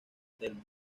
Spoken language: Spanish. telmo